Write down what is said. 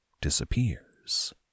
disappears